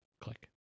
Click